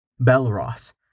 Belros